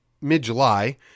mid-July